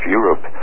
Europe